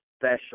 special